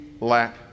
lack